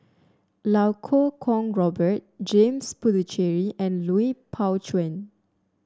Iau Kuo Kwong Robert James Puthucheary and Lui Pao Chuen